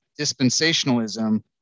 dispensationalism